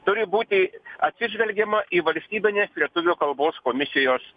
turi būti atsižvelgiama į valstybinės lietuvių kalbos komisijos